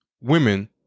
women